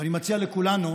ואני מציע לכולנו